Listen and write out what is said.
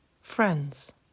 friends